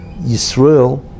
Yisrael